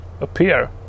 appear